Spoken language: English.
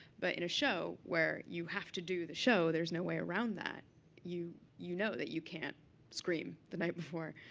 but in a show where you have to do the show there's no way around that you you know that you can't scream the night before.